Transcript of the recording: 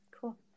cool